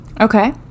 Okay